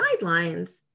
guidelines